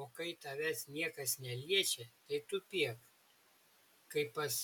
o kai tavęs niekas neliečia tai tupėk kaip pas